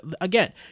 again